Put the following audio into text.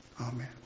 Amen